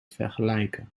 vergelijken